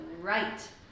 right